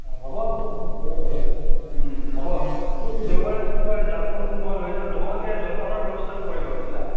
অঁ হ'ব হৈ যাব হ'ব দেওবাৰে যদি হয় জালখন মই লৈ যাম তোমালোকে জলপানৰ ব্যৱস্থাটো কৰিবা বুজিছা